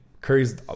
Curry's